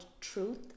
truth